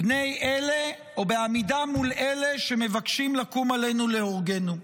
אלה שמבקשים לקום עלינו להורגנו.